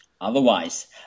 Otherwise